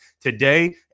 today